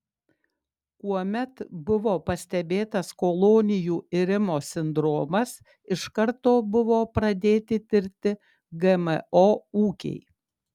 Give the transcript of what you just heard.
kuomet buvo pastebėtas kolonijų irimo sindromas iš karto buvo pradėti tirti gmo ūkiai